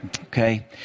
Okay